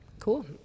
Cool